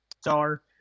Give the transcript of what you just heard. star